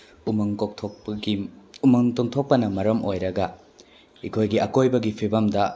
ꯎꯃꯪ ꯀꯣꯛꯊꯣꯛꯄꯒꯤ ꯎꯃꯪ ꯀꯣꯛꯊꯣꯛꯄꯅ ꯃꯔꯝ ꯑꯣꯏꯔꯒ ꯑꯩꯈꯣꯏꯒꯤ ꯑꯀꯣꯏꯕꯒꯤ ꯐꯤꯕꯝꯗ